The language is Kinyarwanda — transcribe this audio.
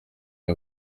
iyo